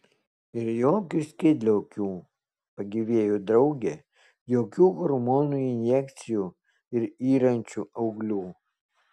ir jokių skydliaukių pagyvėjo draugė jokių hormonų injekcijų ir yrančių auglių